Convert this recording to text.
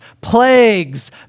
plagues